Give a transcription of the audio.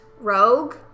Rogue